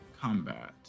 combat